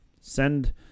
Send